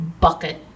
bucket